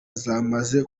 zamaze